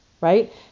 right